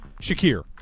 Shakir